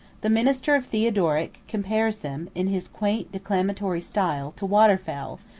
the minister of theodoric compares them, in his quaint declamatory style, to water-fowl,